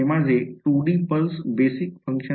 हे माझे 2 D pulse base function आहेत